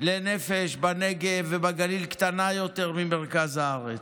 לנפש בנגב ובגליל קטנה יותר ממרכז הארץ,